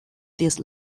this